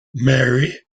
mary